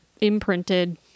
imprinted